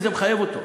כי זה מחייב אותו.